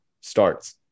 starts